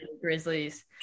Grizzlies